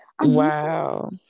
Wow